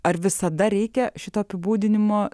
ar visada reikia šito apibūdinimo